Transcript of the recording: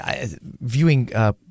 viewing